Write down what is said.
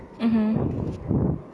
mmhmm